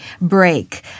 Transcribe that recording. break